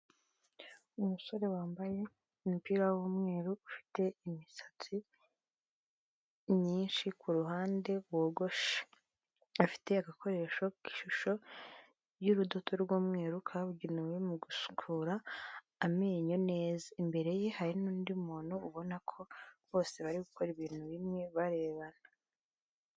Umusore wambaye umupira w'umweru, ufite imisatsi myinshi ku ruhande wogoshe, afite agakoresho k'ishusho y'urudodo rw'umweru kabugenewe mu gusukura amenyo neza, imbere ye hari n'undi muntu ubona ko bose bari gukora ibintu bimwe barebana.